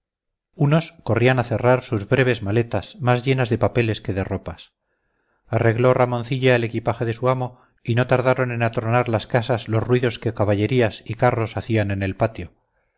unos corrían a cerrar sus breves maletas más llenas de papeles que de ropas arregló ramoncilla el equipaje de su amo y no tardaron en atronar las casas los ruidos que caballerías y carros hacían en el patio